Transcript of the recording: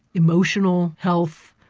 emotional health,